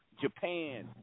Japan